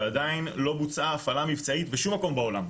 ועדיין לא בוצעה הפעלה מבצעית בשום מקום בעולם,